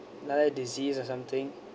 another disease or something